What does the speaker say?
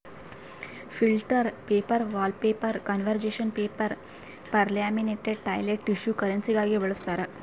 filter paper wallpaper conservation paper laminated toilet tissue ಕರೆನ್ಸಿಗಾಗಿ ಬಳಸ್ತಾರ